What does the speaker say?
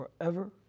forever